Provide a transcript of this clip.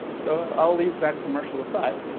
so i'll leave that commercial aside.